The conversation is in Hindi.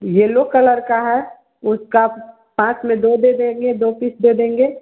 येलो कलर का है उसका पाँच में दो दे देंगे दो पीस दे देंगे